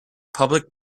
public